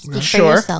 Sure